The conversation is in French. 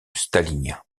stalinien